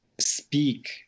speak